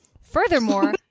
Furthermore